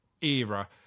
era